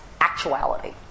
actuality